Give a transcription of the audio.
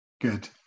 good